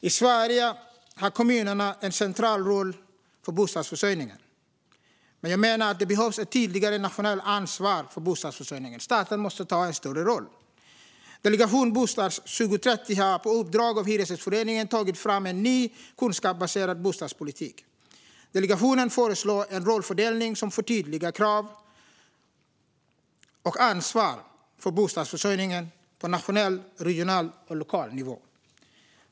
I Sverige har kommunerna en central roll för bostadsförsörjningen, men jag menar att det behövs ett tydligare nationellt ansvar för bostadsförsörjningen. Staten måste ta en större roll. Delegation Bostad 2030 har på uppdrag av Hyresgästföreningen tagit fram en ny, kunskapsbaserad bostadspolitik. Delegationen föreslår en rollfördelning som förtydligar krav och ansvar för bostadsförsörjningen på nationell, regional och lokal nivå.